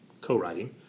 co-writing